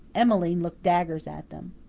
emmeline looked daggers at them.